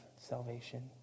salvation